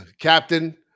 Captain